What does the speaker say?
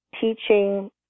teaching